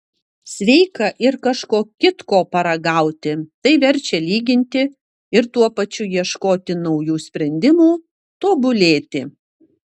sveika ir kažko kitko paragauti tai verčia lyginti ir tuo pačiu ieškoti naujų sprendimų tobulėti